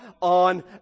on